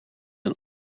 een